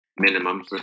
minimum